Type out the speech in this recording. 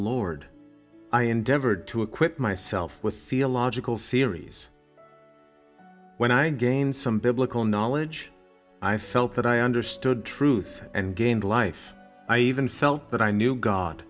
lord i endeavored to equip myself with feel logical theories when i gained some biblical knowledge i felt that i understood truth and gained a life i even felt that i knew god